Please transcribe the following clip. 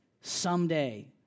Someday